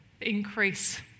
increase